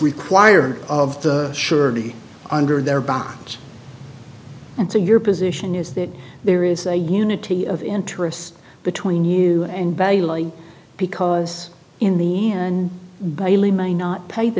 required of the surety under their bonds and so your position is that there is a unity of interests between you and value because in the and bailey may not pay the